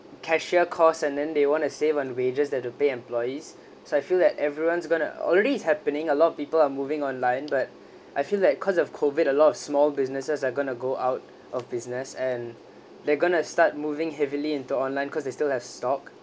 cashier cost and then they want to save on wages that to pay employees so I feel that everyone's going to already it's happening a lot of people are moving online but I feel like because of COVID a lot of small businesses are going to go out of business and they're going to start moving heavily into online cause they still have stock